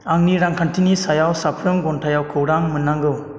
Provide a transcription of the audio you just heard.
आंनि रांखान्थिनि सायाव मोनफ्रोम घन्टायाव खौरां मोननांगौ